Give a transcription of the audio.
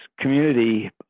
community